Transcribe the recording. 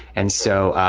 and so,